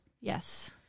Yes